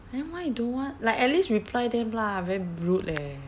then why you don't want like at least reply them lah very rude leh